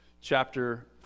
chapter